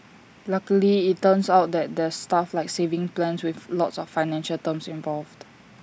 luckily IT turns out that there's stuff like savings plans with lots of financial terms involved